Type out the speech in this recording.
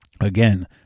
again